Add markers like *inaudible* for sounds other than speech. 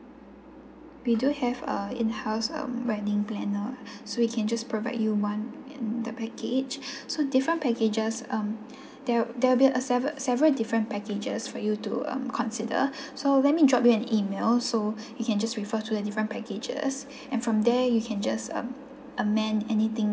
we do have uh in-house um wedding planner *breath* so we can just provide you one in the package *breath* so different packages um *breath* there'll there'll be a several several different packages for you to um consider *breath* so when we drop you an email so you can just refer to a different packages *breath* and from there you can just um amend anything